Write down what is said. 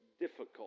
difficult